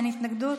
אין התנגדות.